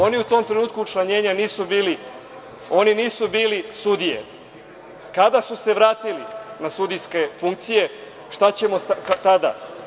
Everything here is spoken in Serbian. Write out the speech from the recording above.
Oni u tom trenutku učlanjena nisu bili sudije, kada su se vratili na sudijske funkcije, šta ćemo za tada.